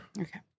okay